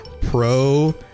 pro